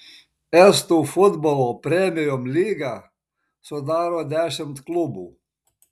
estų futbolo premium lygą sudaro dešimt klubų